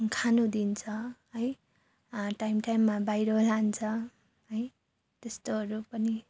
खानु दिन्छ है टाइम टाइममा बाहिर लान्छ है त्यस्तोहरू पनि